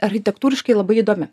architektūriškai labai įdomi